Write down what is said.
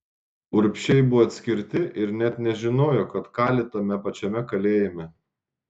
urbšiai buvo atskirti ir net nežinojo kad kali tame pačiame kalėjime